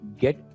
get